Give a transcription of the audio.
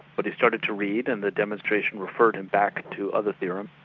but he started to read, and the demonstration referred him back to other theorems,